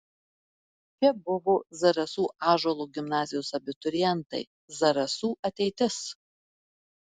čia buvo zarasų ąžuolo gimnazijos abiturientai zarasų ateitis